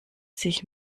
sich